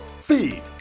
Feed